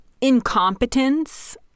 incompetence